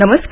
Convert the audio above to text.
नमस्कार